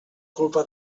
culpa